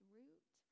root